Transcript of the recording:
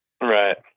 right